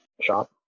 shop